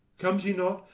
comes he not?